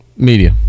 media